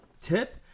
Tip